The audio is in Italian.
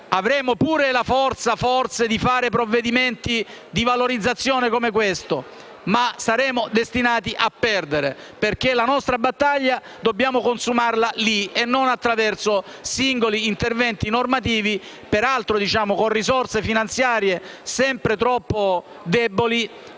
avremo anche la forza di varare provvedimenti di valorizzazione come questo, ma saremo destinati a perdere, perché la nostra battaglia dobbiamo consumarla su quel fronte e non attraverso singoli interventi normativi, peraltro con risorse finanziarie sempre troppo scarse